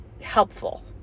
helpful